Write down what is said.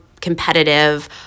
competitive